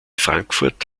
frankfurt